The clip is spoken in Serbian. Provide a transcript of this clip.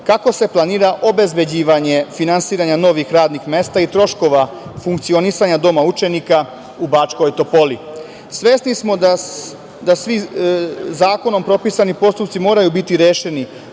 Kako se planirana obezbeđivanje finansiranja novih radnih mesta i troškova funkcionisanja Doma učenika u Bačkoj Topoli? Svesni smo da svi zakonom propisani postupci moraju biti rešeni